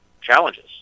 challenges